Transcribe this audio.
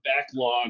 backlog